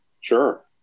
Sure